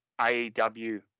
AEW